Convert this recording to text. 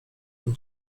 from